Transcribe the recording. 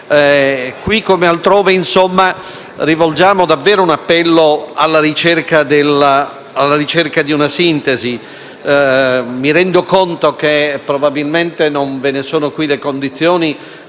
Qui come altrove, insomma, rivolgiamo davvero un appello alla ricerca di una sintesi. Mi rendo conto che, probabilmente, non ve ne sono qui le condizioni,